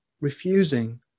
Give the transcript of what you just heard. refusing